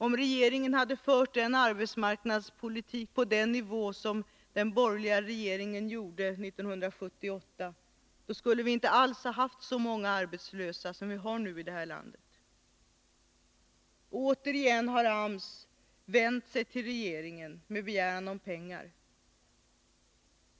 Om regeringen hade fört arbetsmarknadspolitiken på samma nivå som den borgerliga regeringen gjorde 1978, skulle vi inte alls ha haft så många arbetslösa som vi nu har i detta land. AMS har nu återigen vänt sig till regeringen med en begäran om pengar.